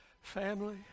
family